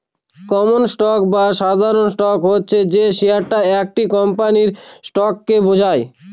common stock বা সাধারণ stock হচ্ছে যে শেয়ারটা একটা কোম্পানির স্টককে বোঝায়